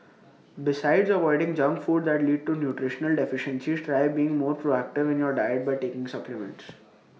besides avoiding junk food that lead to nutritional deficiencies try being more proactive in your diet by taking supplements